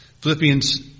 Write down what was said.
Philippians